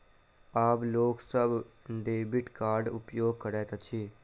आब लोक सभ डेबिट कार्डक उपयोग करैत अछि